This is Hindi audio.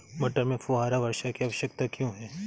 मटर में फुहारा वर्षा की आवश्यकता क्यो है?